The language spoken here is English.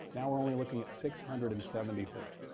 now we're only looking at six hundred and seventy three.